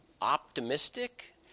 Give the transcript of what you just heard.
optimistic